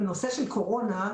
בנושא של קורונה,